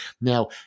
Now